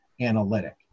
analytic